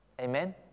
Amen